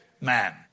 man